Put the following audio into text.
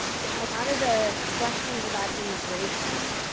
yeah a lot of the questions about immigration